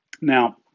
Now